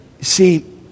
See